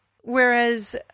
whereas